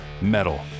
Metal